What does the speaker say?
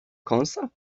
kąsa